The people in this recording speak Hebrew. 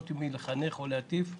קטונתי מלחנך או מלהטיף.